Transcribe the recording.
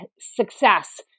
success